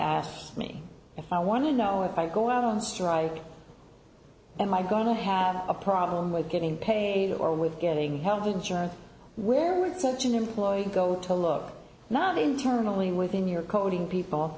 asked me if i want to know if i go out on strike am i going to have a problem with getting paid or with getting health insurance where it's such an employee go to look not the internally within your coding people